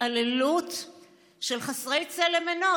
התעללות של חסרי צלם אנוש.